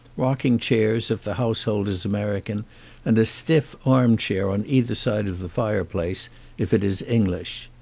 rocking chairs if the household is american and a stiff arm-chair on each side of the fireplace if it is english.